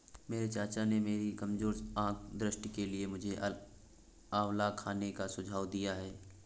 मेरे चाचा ने मेरी कमजोर आंख दृष्टि के लिए मुझे आंवला खाने का सुझाव दिया है